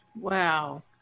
Wow